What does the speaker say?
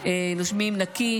נושמים נקי,